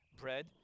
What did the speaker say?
bread